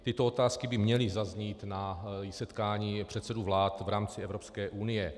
Tyto otázky by měly zaznít na setkání předsedů vlád v rámci Evropské unie.